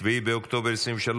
(7 באוקטובר 2023),